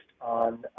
on